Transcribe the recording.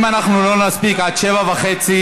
אם אנחנו לא נספיק עד 19:30,